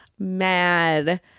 mad